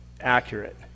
accurate